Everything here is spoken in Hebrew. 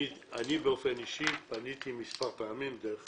אני באופן אישי פניתי מספר פעמים דרך